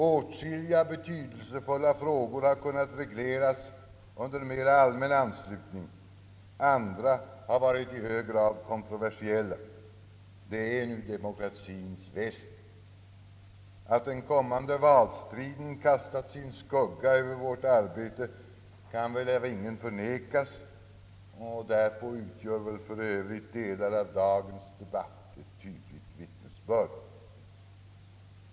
Åtskilliga betydelsefulla frågor har kunnat regleras under mera allmän anslutning, andra har varit i hög grad kontroversiella. Det är nu demokratins väsen. Att den kommande valstriden kastat sin skugga över vårt arbete kan väl av ingen förnekas, därpå utgör väl för övrigt delar av dagens debatt ett tydligt vittnesbörd.